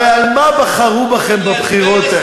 הרי על מה בחרו בכם בבחירות האלה?